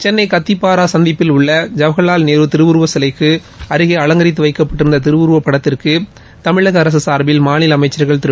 சென்னை கத்திப்பாரா சந்திப்பில் உள்ள ஜவஹ்லால் நேரு திருவுருவ சிலைக்கு அருகே அவங்கித்து வைக்கப்பட்டிருந்த திருவுருவப் படத்திற்கு தமிழக அரசு சார்பில் மாநில அமைச்சர்கள் திரு